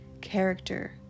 character